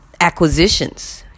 acquisitions